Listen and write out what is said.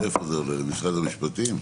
זה משרד המשפטים?